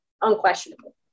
unquestionable